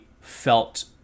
felt